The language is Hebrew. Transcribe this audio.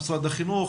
משרד החינוך,